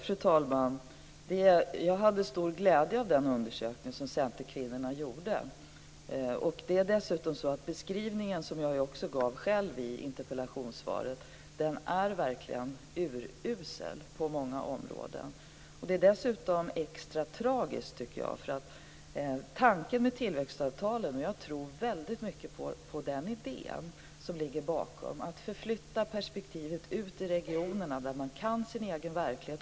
Fru talman! Jag hade stor glädje av den undersökning som Centerkvinnorna gjorde. Dessutom är beskrivningen som jag själv gav i interpellationssvaret att det verkligen är uruselt på många områden. Det är extra tragiskt därför att tanken med tillväxtavtalen, och jag tror väldigt mycket på idén som ligger bakom, är att förflytta perspektivet ut till regionerna där man kan sin egen verklighet.